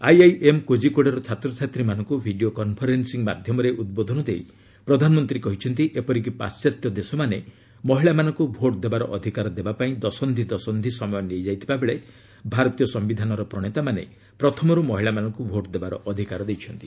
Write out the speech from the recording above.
IIM କୋଜିକୋଡେର ଛାତ୍ରଛାତ୍ରୀମାନଙ୍କୁ video conferencing ମାଧ୍ୟମରେ ଉଦ୍ବୋଧନ ଦେଇ ପ୍ରଧାନମନ୍ତ୍ରୀ କହିଛନ୍ତି ଏପରିକି ପାଶ୍ଚାତ୍ୟ ଦେଶମାନେ ମହିଳାମାନଙ୍କୁ ଭୋଟଦେବାର ଅଧିକାର ଦେବା ପାଇଁ ଦଶନ୍ଧି ଦଶନ୍ଧି ସମୟ ନେଇଯାଇଥିବା ବେଳେ ଭାରତୀୟ ସିୟିଧାନର ପ୍ରଣେତାମାନେ ପ୍ରଥମରୁ ମହିଳାମାନଙ୍କୁ ଭୋଟ ଦେବାର ଅଧିକାର ଦେଇଛନ୍ତି